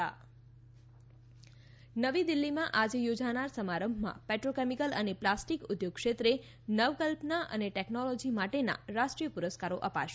પુરસ્કાર દિલ્હી નવી દિલ્હીમાં આજે યોજાનાર સમારંભમાં પેટ્રોકેમીકલ અને પ્લાસ્ટીક ઉધોગ ક્ષેત્રે નવકલ્પના અને ટેકનોલોજી માટેનાં રાષ્ટ્રીય પુરસ્કારો અપાશે